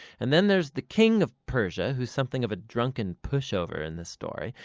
and then there's the king of persia who's something of a drunken pushover in this story.